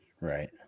right